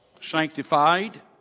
sanctified